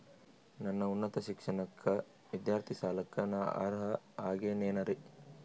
ನನ್ನ ಉನ್ನತ ಶಿಕ್ಷಣಕ್ಕ ವಿದ್ಯಾರ್ಥಿ ಸಾಲಕ್ಕ ನಾ ಅರ್ಹ ಆಗೇನೇನರಿ?